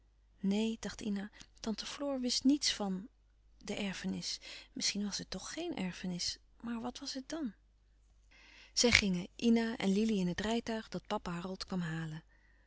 neen dacht ina tante floor wist niets van de erfenis misschien was het toch geen erfenis maar wat was het dan zij gingen ina en lili in het rijtuig dat papa harold kwam halen